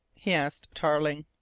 he asked tarling.